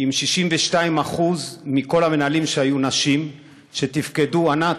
עם נשים שהיו 52% מהמנהלים שהיו, שתפקדו, ענת,